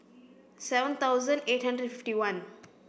seven thousand eight hundred and fifty one